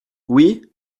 oui